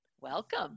Welcome